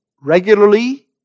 regularly